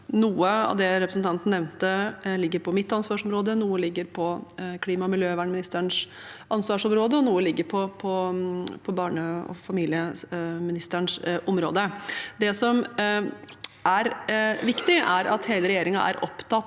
Noe av det representanten Lie nevnte, er mitt ansvarsområde, noe er klima- og miljøministerens ansvarsområde, og noe er barne- og familieministerens område. Det som er viktig, er at hele regjeringen er opptatt